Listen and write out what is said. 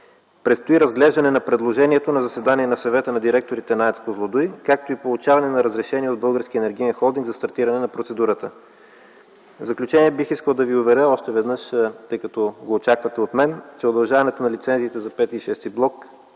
Предстои разглеждане на предложението на заседание на Съвета на директорите на АЕЦ „Козлодуй”, както и получаване на разрешение от Българския енергиен холдинг за стартиране на процедурата. В заключение, бих искал да ви уверя още веднъж, тъй като очаквате от мен, че удължаването на лицензиите за пети и